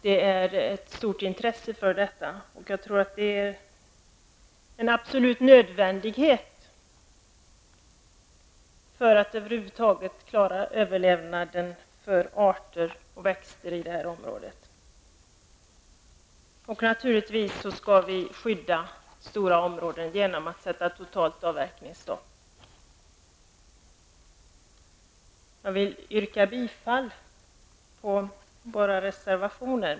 Det finns ett stort intresse för dessa saker. Jag tror att det är absolut nödvändigt om vi över huvud taget skall klara överlevnaden beträffande arter och växter i det aktuella området. Självfallet skall vi medverka till att stora områden skyddas genom ett totalt avverkningsstopp. Naturligtvis stöder jag alla våra reservationer.